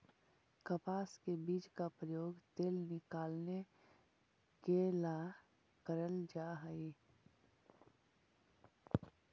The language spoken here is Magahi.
कपास के बीज का प्रयोग तेल निकालने के ला करल जा हई